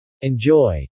Enjoy